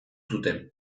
zuten